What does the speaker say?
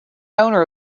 owner